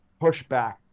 pushback